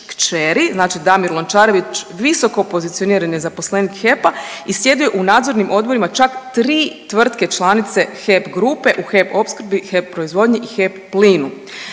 kćeri, znači Damir Lončarević, visokopozicionirani je zaposlenik HEP-a i sjedio je u nadzornim odborima čak 3 tvrtke članice HEP grupe, u HEP Opskrbi, HEP Proizvodnji i HEP Plinu.